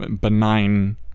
benign